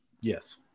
Yes